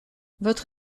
votre